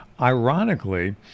ironically